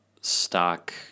stock